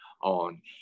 on